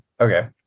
Okay